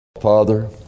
Father